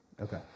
Okay